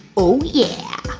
oh, yeah